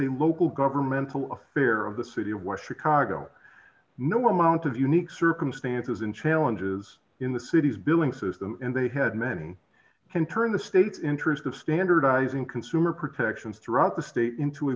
a local governmental of fear of the city of washer cargo no amount of unique circumstances in challenges in the city's billing system and they had many can turn the state's interest of standardizing consumer protections throughout the state into a